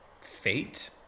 fate